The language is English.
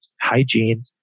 hygiene